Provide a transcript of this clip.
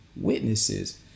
witnesses